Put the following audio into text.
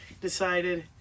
decided